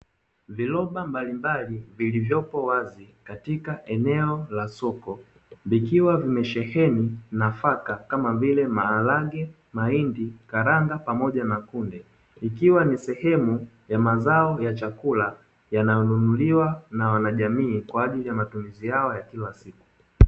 Viroba mbalimbali vilivyopo wazi katika eneo la soko, vikiwa vimesheheni nafaka kama vile maharage, mahindi, karanga pamoja na kunde. Ikiwa ni sehemu ya mazao ya chakula yanayonunuliwa na wanajamii kwa ajili ya matumizi yao ya kila siku.